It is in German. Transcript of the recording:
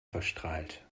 verstrahlt